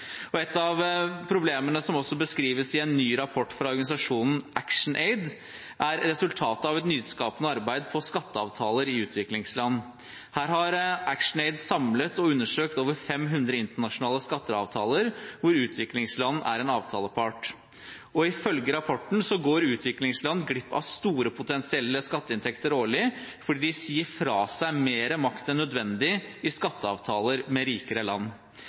av problemene som også beskrives i en ny rapport fra organisasjonen ActionAid, er resultatet av et nyskapende arbeid med skatteavtaler i utviklingsland. Her har ActionAid samlet og undersøkt over 500 internasjonale skatteavtaler hvor utviklingsland er en avtalepart. Ifølge rapporten går utviklingsland glipp av store potensielle skatteinntekter årlig, fordi de sier fra seg mer makt enn nødvendig i skatteavtaler med rikere land.